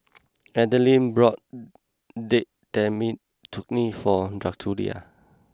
Adeline bought Date Tamarind Chutney for Drucilla